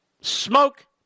Smoke